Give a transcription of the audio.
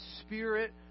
spirit